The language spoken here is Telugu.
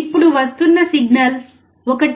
ఇప్పుడు వస్తున్న సిగ్నల్ 1